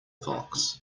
fox